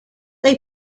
they